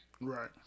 right